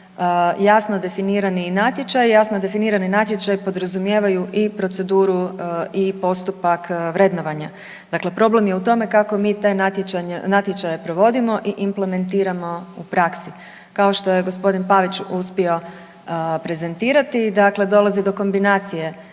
Jasno definirani natječaji podrazumijevaju i proceduru i postupak vrednovanja. Dakle, problem je u tome kako mi te natječaje provodimo i implementiramo u praksi. Kao što je g. Pavić uspio prezentirati, dakle dolazi do kombinacije